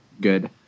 good